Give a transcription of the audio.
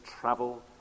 travel